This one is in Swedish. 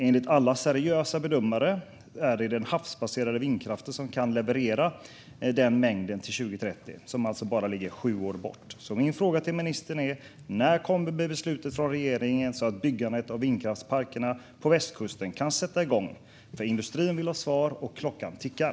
Enligt alla seriösa bedömare är det den havsbaserade vindkraften som kan leverera den mängden till 2030, som alltså bara är sju år bort. Min fråga till ministern är: När kommer beslutet från regeringen så att byggandet av vindkraftsparkerna på västkusten kan sätta igång? Industrin vill ha svar, och klockan tickar.